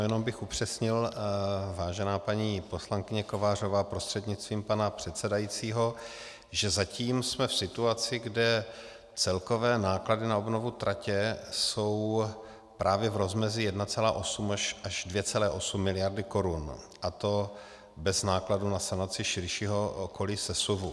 Jenom bych upřesnil, vážená paní poslankyně Kovářová prostřednictvím pana předsedajícího, že zatím jsme v situaci, kde celkové náklady na obnovu tratě jsou právě v rozmezí 1,8 až 2,8 miliardy korun, a to bez nákladů na sanaci širšího okolí sesuvu.